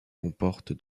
comporte